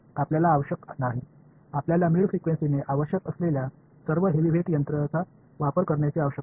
आपल्याला आवश्यक नाही आपल्याला मिड फ्रिक्वेन्सीने आवश्यक असलेल्या सर्व हेवीवेट यंत्राचा वापर करण्याची आवश्यकता नाही